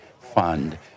fund